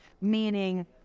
meaning